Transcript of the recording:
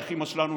איך אימא שלנו,